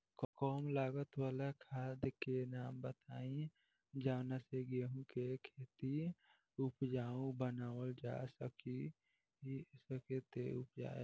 कम लागत वाला खाद के नाम बताई जवना से गेहूं के खेती उपजाऊ बनावल जा सके ती उपजा?